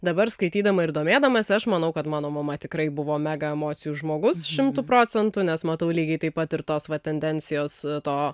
dabar skaitydama ir domėdamasi aš manau kad mano mama tikrai buvo mega emocijų žmogus šimtu procentų nes matau lygiai taip pat ir tos va tendencijos to